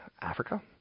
Africa